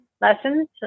lessons